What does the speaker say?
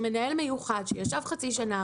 שמנהל מיוחד ישב חצי שנה,